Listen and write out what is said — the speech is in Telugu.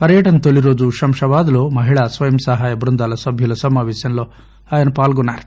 పర్వటన తొలిరోజు శంషాబాద్లో మహిళా స్వయం సహాయ బృందాల సభ్యుల సమాపేశంలో ఆయన పాల్గొన్నారు